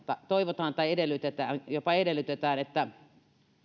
toivotaan tai jopa edellytetään että